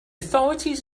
authorities